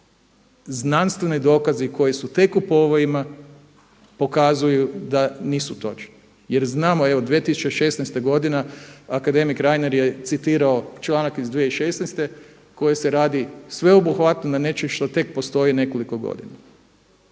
znanstveni dokazi koji su tek u povojima pokazuju da nisu točni? Jer znamo evo 2016. akademik Reiner je citirao članak iz 2016. koji se radi sveobuhvatno nad nečemu što tek postoji nekoliko godina.